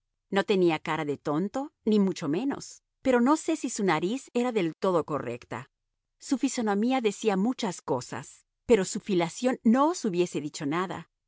no tenía cara de tonto ni mucho menos pero no sé si su nariz era del todo correcta su fisonomía decía muchas cosas pero su filiación no os hubiese dicho nada